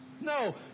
no